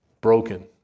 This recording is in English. broken